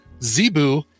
zebu